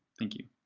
thank you.